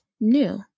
new